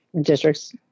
districts